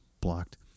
blocked